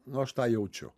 nu aš tą jaučiu